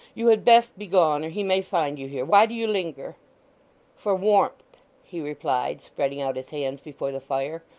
you had best begone, or he may find you here. why do you linger for warmth he replied, spreading out his hands before the fire.